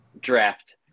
draft